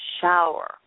shower